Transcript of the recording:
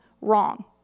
wrong